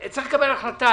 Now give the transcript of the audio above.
צריך לקבל החלטה.